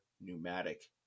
Pneumatic